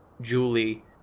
Julie